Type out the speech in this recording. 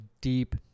deep